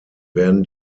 werden